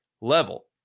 level